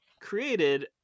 created